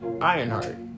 Ironheart